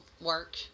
work